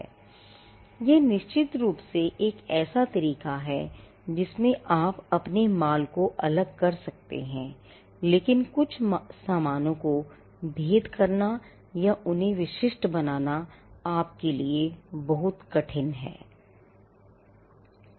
हां यह निश्चित रूप से एक ऐसा तरीका है जिसमें आप अपने माल को अलग कर सकते हैं लेकिन कुछ सामानों को भेद करना या उन्हें विशिष्ट बनाना आपके लिए बहुत कठिन है